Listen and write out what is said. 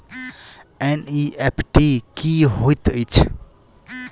NEFT की होइत अछि?